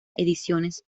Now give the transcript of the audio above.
ediciones